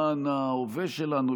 למען ההווה שלנו,